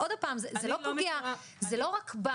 זה לא פוגע רק בנו,